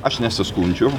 aš nesiskundžiu